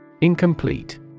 Incomplete